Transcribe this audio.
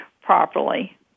properly